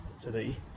today